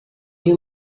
you